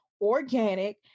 organic